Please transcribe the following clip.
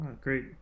Great